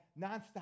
nonstop